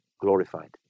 glorified